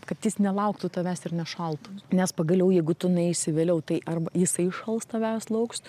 kad jis nelauktų tavęs ir nešaltų nes pagaliau jeigu tu nueisi vėliau tai arba jisai šals tavęs lauks